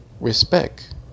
Respect